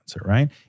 right